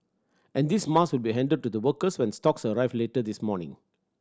and these mask will be handed to the workers when stocks arrive later this morning